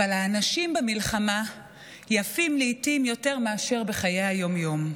אבל האנשים במלחמה יפים לעיתים יותר מאשר בחיי היום-יום.